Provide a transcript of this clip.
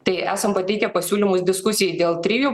tai esam pateikę pasiūlymus diskusijai dėl trijų